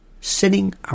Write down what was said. sitting